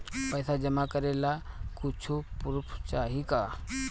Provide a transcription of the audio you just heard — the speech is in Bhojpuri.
पैसा जमा करे ला कुछु पूर्फ चाहि का?